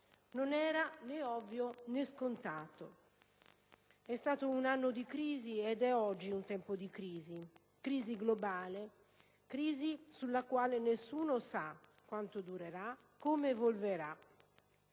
Non era né ovvio, né scontato. È stato un anno di crisi ed è oggi un tempo di crisi; crisi globale, crisi della quale nessuno sa dire quanto durerà, come evolverà.